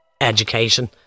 education